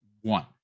one